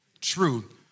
Truth